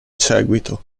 seguito